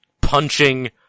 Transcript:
punching